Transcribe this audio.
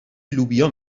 لوبیا